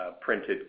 printed